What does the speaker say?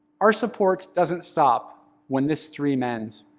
our support doesn't stop when this dream ends.